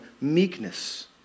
meekness